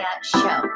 show